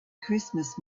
christmas